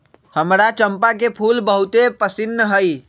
हमरा चंपा के फूल बहुते पसिन्न हइ